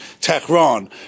Tehran